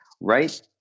right